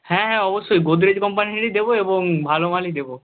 হ্যাঁ হ্যাঁ অবশ্যই গোদরেজ কোম্পানিরই দেবো এবং ভালো মালই দেবো